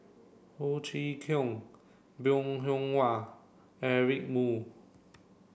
Ho Chee Kong Bong Hiong Hwa Eric Moo